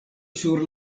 sur